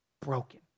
broken